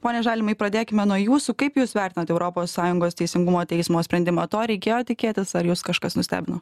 pone žalimai pradėkime nuo jūsų kaip jūs vertinat europos sąjungos teisingumo teismo sprendimą to reikėjo tikėtis ar jus kažkas nustebino